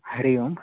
Hari Om